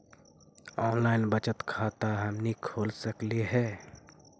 Online बचत खाता हमनी खोल सकली हे?